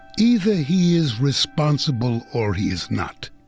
either he is responsible or he is not.